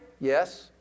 Yes